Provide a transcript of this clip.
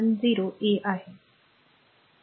70a आहे